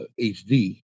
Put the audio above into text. HD